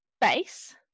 base